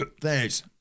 Thanks